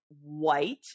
white